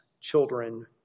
children